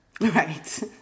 right